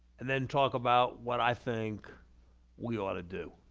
and then talk about what i think we ought to do.